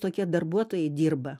tokie darbuotojai dirba